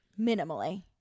minimally